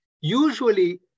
usually